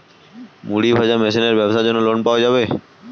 মুড়ি ভাজা মেশিনের ব্যাবসার জন্য লোন পাওয়া যাবে?